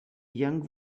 young